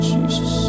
Jesus